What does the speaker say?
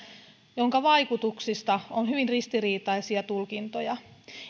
jonka vaikutuksista on hyvin ristiriitaisia tulkintoja